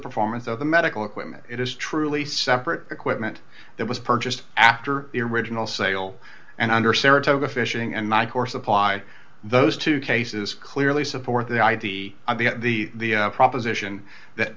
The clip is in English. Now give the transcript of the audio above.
performance of the medical equipment it is truly separate equipment that was purchased after irrational sale and under saratoga fishing and my core supply those two cases clearly support the id of the proposition that